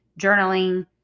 journaling